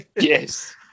Yes